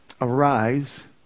arise